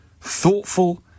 thoughtful